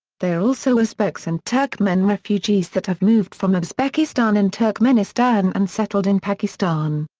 they are also uzbeks and turkmen refugees that have moved from ah uzbekistan and turkmenistan and settled in pakistan.